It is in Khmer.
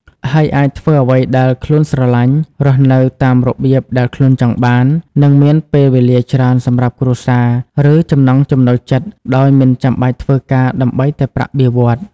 ហើយអាចធ្វើអ្វីដែលខ្លួនស្រឡាញ់ រស់នៅតាមរបៀបដែលខ្លួនចង់បាន និងមានពេលវេលាច្រើនសម្រាប់គ្រួសារ ឬចំណង់ចំណូលចិត្ត ដោយមិនចាំបាច់ធ្វើការដើម្បីតែប្រាក់បៀវត្សរ៍។